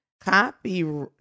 copy